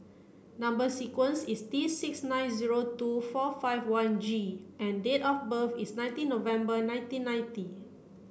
number sequence is T six nine zero two four five one G and date of birth is nineteen November nineteen ninety